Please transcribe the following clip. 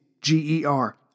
G-E-R